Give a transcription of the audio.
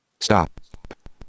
stop